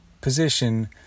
position